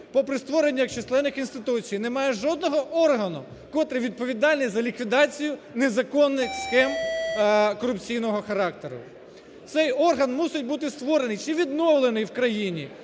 попри створення численних інституцій немає жодного органу, котрий відповідальний за ліквідацію незаконних схем корупційного характеру. Цей орган мусить бути створений, чи відновлений в країні